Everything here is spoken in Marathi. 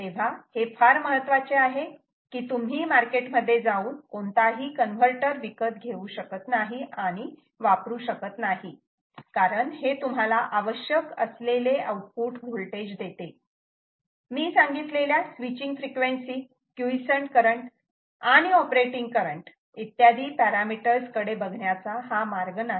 तेव्हा हे फार महत्त्वाचे आहे की तुम्ही मार्केटमध्ये जाऊन कोणताही कन्व्हर्टर विकत घेऊ शकत नाही आणि वापरू शकत नाही कारण हे तुम्हाला आवश्यक असलेले आऊटपुट व्होल्टेज देते मी सांगितलेल्या स्विचींग फ्रिक्वेन्सी क्युइसंट करंट आणि ऑपरेटिंग करंट इत्यादी पॅरामीटर्स कडे बघण्याचा हा मार्ग नाही